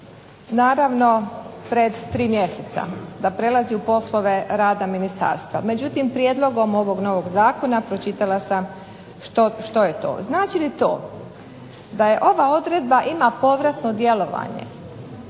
naravno pred tri mjeseca, da prelazi u poslove rada Ministarstva. Međutim, Prijedlogom ovog zakona pročitala sam što je to. Znači li to da ova odredba ima povratno djelovanje?